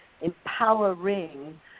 empowering